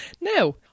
Now